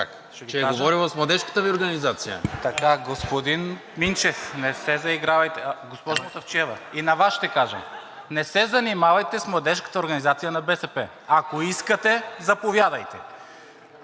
Господин Минчев, не се заигравайте. Госпожо Мутафчиева, и на Вас ще кажа – не се занимавайте с Младежката организация на БСП. Ако искате, заповядайте.